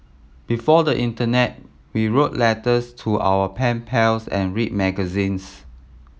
before the internet we wrote letters to our pen pals and read magazines